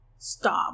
stop